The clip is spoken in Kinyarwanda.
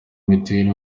mitiweli